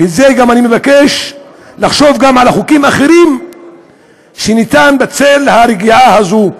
ובגלל זה אני מבקש לחשוב גם על כמה חוקים אחרים שאפשר בצל הרגיעה הזאת,